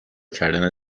کردن